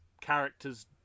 characters